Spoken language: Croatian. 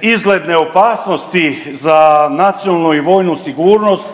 izgledne opasnosti za nacionalnu i vojnu sigurnosti,